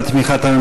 למען הסר ספק,